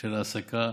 של העסקה,